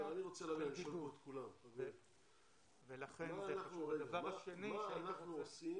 אני רוצה לדעת מה אנחנו עושים